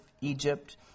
Egypt